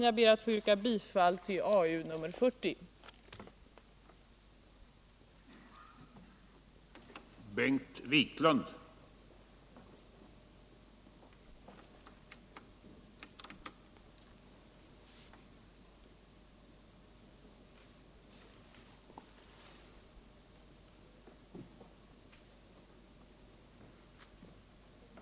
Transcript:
Jag ber att få yrka bifall till hemställan i arbetsmarknadsutskottets betänkande nr 40.